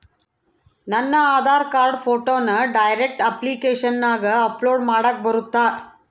ನನ್ನ ಆಧಾರ್ ಕಾರ್ಡ್ ಫೋಟೋನ ಡೈರೆಕ್ಟ್ ಅಪ್ಲಿಕೇಶನಗ ಅಪ್ಲೋಡ್ ಮಾಡಾಕ ಬರುತ್ತಾ?